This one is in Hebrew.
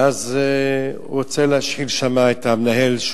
ואז הוא רוצה להשחיל שם את המנהל,